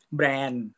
brand. (